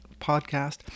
Podcast